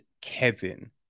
Kevin